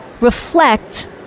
reflect